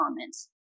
comments